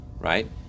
right